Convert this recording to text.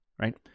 Right